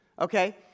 okay